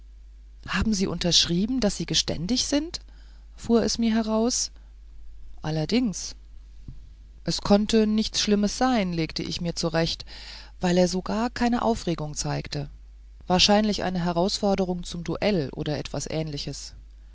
haben unterschrieben daß sie geständig sind fuhr es mir heraus allerdings er sagte es als ob es sich von selbst verstünde es kann nichts schlimmes sein legte ich mir zurecht weil er so gar keine aufregung zeigt wahrscheinlich eine herausforderung zum duell oder etwas ähnliches